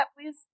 please